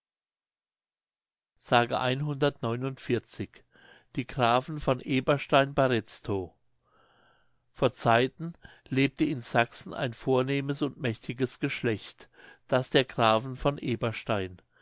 die grafen von eberstein bei retztow vor zeiten lebte in sachsen ein vornehmes und mächtiges geschlecht das der grafen von eberstein